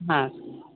ಹಾಂ